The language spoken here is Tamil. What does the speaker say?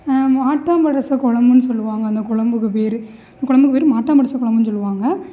மாட்டோம் படச்ச குழம்புனு சொல்லுவாங்க அந்த குழம்புக்கு பேர் அந்த குழம்புக்கு பேர் மாட்டோம் படச்ச குழம்புன்னு சொல்லுவாங்க